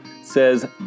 says